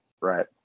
Right